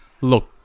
look